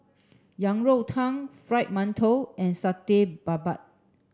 Yang Rou Tang Fried Mantou and Satay Babat